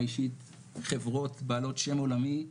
חברות בעלות שם עולמי,